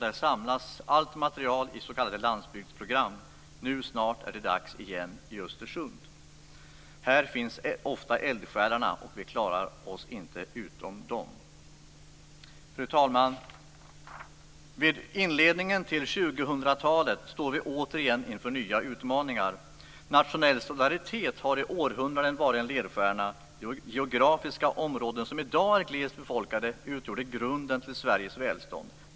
Där samlas allt material i s.k. landsbygdsprogram. Nu är det snart dags igen i Östersund. Här finns ofta eldsjälarna, och vi klarar oss inte utan dem. Fru talman! Vid inledningen av 2000-talet står vi återigen inför nya utmaningar. Nationell solidaritet har i århundraden varit en ledstjärna. Geografiska områden som i dag är glest befolkade utgjorde grunden för Sveriges välstånd.